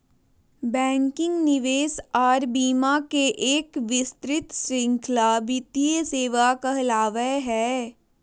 banking, निवेश आर बीमा के एक विस्तृत श्रृंखला वित्तीय सेवा कहलावय हय